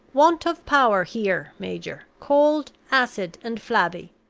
want of power here, major cold, acid, and flabby.